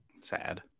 sad